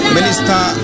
Minister